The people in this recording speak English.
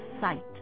sight